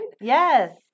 Yes